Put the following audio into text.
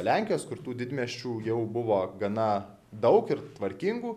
lenkijos kur tų didmiesčių jau buvo gana daug ir tvarkingų